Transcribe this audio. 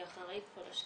כאחראית פה על השקיפות,